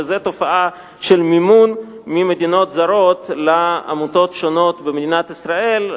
וזו תופעה של מימון ממדינות זרות לעמותות שונות במדינת ישראל,